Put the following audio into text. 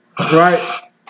Right